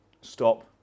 stop